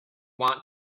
want